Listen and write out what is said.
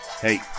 Hey